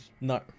no